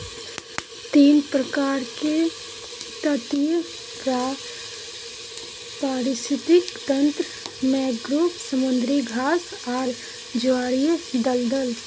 तीन प्रकार के तटीय पारिस्थितिक तंत्र मैंग्रोव, समुद्री घास आर ज्वारीय दलदल